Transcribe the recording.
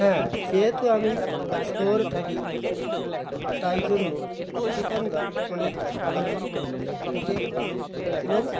হ্যাঁ যেহেতু আমি শহরে থাকি তাই জন্য সেখানকার অনেক খাবারই খেতে ভালো এবং